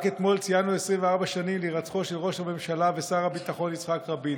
רק אתמול ציינו 24 שנים להירצחו של ראש הממשלה ושר הביטחון יצחק רבין.